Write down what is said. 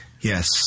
Yes